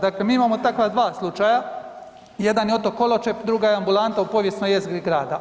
Dakle, mi imamo takva dva slučaja, jedan je otok Koločep, druga je ambulanta u povijesnoj jezgri grada.